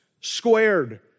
squared